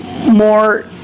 more